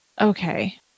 Okay